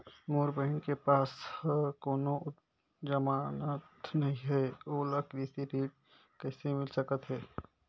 मोर बहिन के पास ह कोनो जमानत नहीं हे, ओला कृषि ऋण किसे मिल सकत हे?